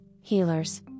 healers